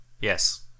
Yes